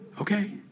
Okay